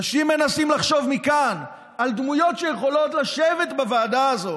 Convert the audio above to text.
אנשים מנסים לחשוב מכאן על דמויות שיכולות לשבת בוועדה הזאת,